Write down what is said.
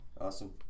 Awesome